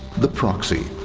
the proxy.